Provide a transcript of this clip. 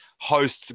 hosts